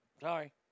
Sorry